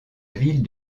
ville